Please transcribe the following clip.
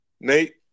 Nate